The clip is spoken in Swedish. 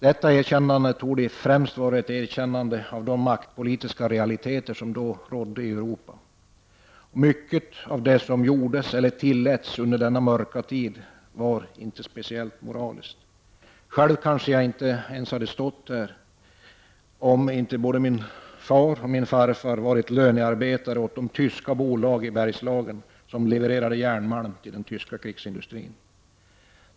Detta erkännande torde främst vara ett erkännande av de maktpolitiska realiteter som då rådde i Europa. Man kan fråga sig om mycket av det som gjordes och tilläts under denna mörka tid var speciellt moraliskt. Själv kanske jag inte ens hade stått här om inte både min far och farfar lönarbetat åt de tyska bolag i Bergslagen som levererade järnmalm till den tyska krigsindustrin.